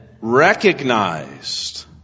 recognized